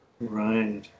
Right